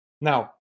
Now